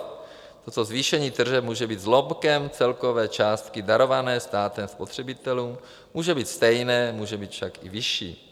Toto zvýšení tržeb může být zlomkem celkové částky darované státem spotřebitelům, může být stejné, může být však i vyšší.